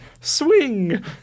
swing